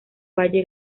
valle